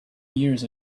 years